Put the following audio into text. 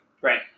right